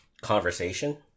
conversation